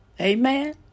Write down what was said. Amen